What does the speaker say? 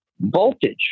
voltage